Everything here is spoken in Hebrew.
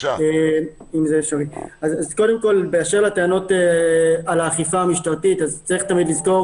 באשר לטענות על האכיפה המשטרתית צריך תמיד לזכור